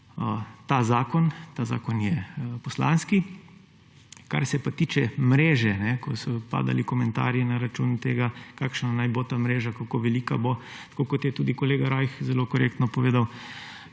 Ta zakon je poslanski. Kar se pa tiče mreže, ko so padali komentarji na račun tega, kakšna naj bo ta mreža, kako velika bo, kot je tudi kolega Rajh zelo korektno povedal,